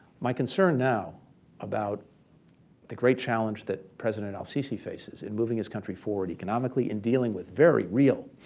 my concern now about the great challenge that president el-sisi faces in moving his country forward economically and dealing with very real